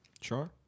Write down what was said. Sure